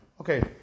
Okay